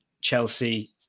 Chelsea